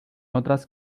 otras